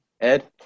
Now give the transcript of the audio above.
Ed